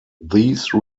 these